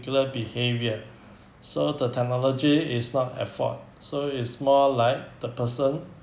~cular behavior so the technology is not at fault so it's more like the person